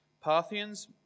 Parthians